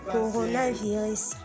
Coronavirus